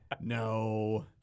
no